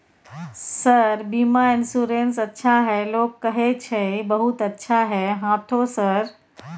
Sir बीमा insurance अच्छा है लोग कहै छै बहुत अच्छा है हाँथो सर?